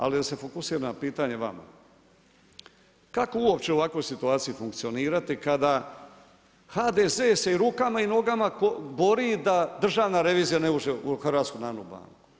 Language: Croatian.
Ali da se fokusiram na pitanje vama, kako uopće u ovakvoj situaciji funkcionirati kada HDZ se i rukama i nogama bori da Državna revizija ne uđe u HNB?